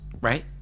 right